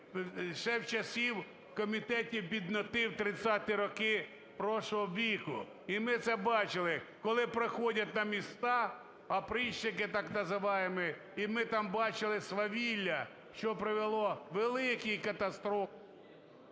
ще з часів комітетів бідноти в 30-і роки прошлого віку. І ми це бачили, коли проходять на місця опричники так звані, і ми там бачили свавілля, що привело до великої катастрофи…